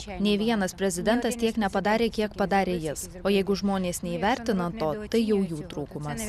nei vienas prezidentas tiek nepadarė kiek padarė jis o jeigu žmonės neįvertina to tai jau jų trūkumas